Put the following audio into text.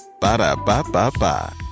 Ba-da-ba-ba-ba